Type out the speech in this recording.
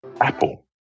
apple